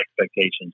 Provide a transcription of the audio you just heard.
expectations